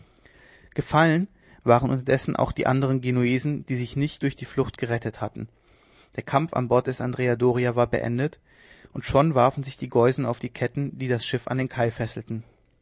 gefallen waren unterdessen auch die andern genuesen die sich nicht durch die flucht gerettet hatten der kampf an bord des andrea doria war beendet und schon warfen sich die geusen auf die ketten die das schiff an den kai fesselten